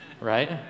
right